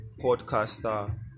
podcaster